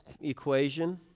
equation